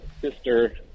sister